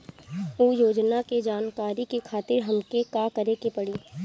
उ योजना के जानकारी के खातिर हमके का करे के पड़ी?